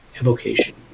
Evocation